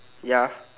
ya